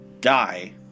die